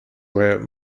were